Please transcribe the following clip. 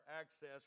access